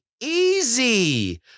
easy